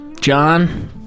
John